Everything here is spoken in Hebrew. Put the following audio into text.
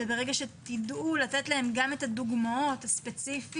וברגע שיידעו לתת להם את הדוגמאות הספציפיות,